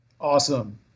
awesome